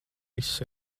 viss